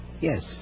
Yes